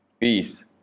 peace